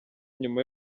nyuma